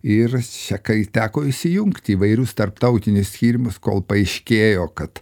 ir čia kai teko įsijungti įvairius tarptautinius tyrimus kol paaiškėjo kad